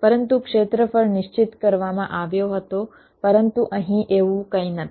પરંતુ ક્ષેત્રફળ નિશ્ચિત કરવામાં આવ્યો હતો પરંતુ અહીં એવું કંઈ નથી